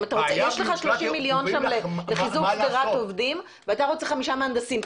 יש לך 30 מיליון שקל לחיזוק שדרת עובדים ואתה רוצה חמישה מהנדסים.